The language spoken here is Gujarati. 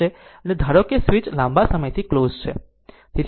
અને ધારો કે આ સ્વીચ લાંબા સમયથી ક્લોઝ છે